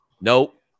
Nope